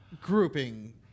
grouping